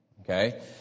Okay